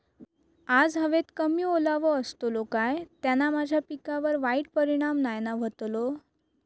आज हवेत कमी ओलावो असतलो काय त्याना माझ्या पिकावर वाईट परिणाम नाय ना व्हतलो?